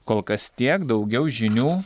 kol kas tiek daugiau žinių